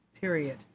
period